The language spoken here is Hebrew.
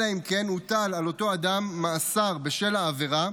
אלא אם כן הוטל על אותו אדם מאסר בשל העבירה,